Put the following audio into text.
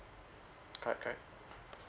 correct correct